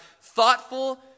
thoughtful